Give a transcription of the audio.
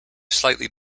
slightly